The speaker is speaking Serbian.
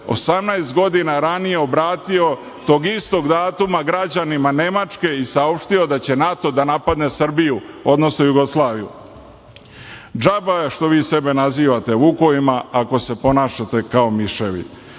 18 godina ranije obratio tog istog datuma građanima Nemačke i saopštio da će NATO da napadne Srbiju, odnosno Jugoslaviju. Džaba je što vi sebe nazivate vukovima, ako se ponašate kao miševi.